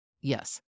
Yes